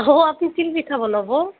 আপ্নি তিল পিঠা বানাবো